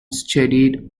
studied